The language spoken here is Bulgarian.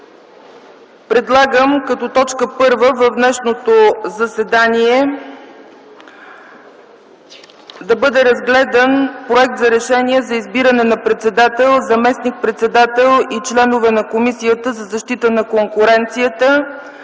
предлагам като точка първа в днешното заседание да бъде разгледан проект за Решение за избиране на председател, заместник-председател и членове на Комисията за защита на конкуренцията.